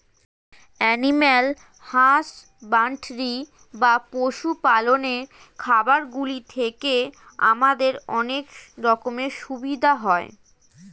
animal husbandry বা পশু পালনের খামারগুলি থেকে আমাদের অনেক রকমের সুবিধা হয়